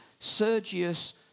Sergius